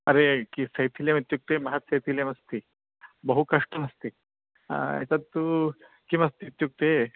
अरे कि शैथिल्यमित्युक्ते बहु शैथिय्लमसि बहु कष्टमस्ति तत्तु किमस्ति इत्युक्ते